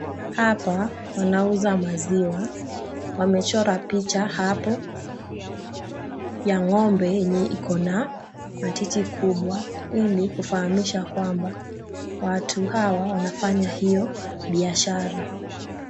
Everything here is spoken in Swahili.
Hapa wanauza maziwa. Wamechora picha hapo ya ngombe yenye ikona matiti kubwa ili kufahamisha kwamba watu hawa wanafanya hiyo biashara.